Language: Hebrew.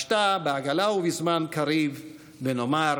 השתא בעגלא ובזמן קריב ונאמר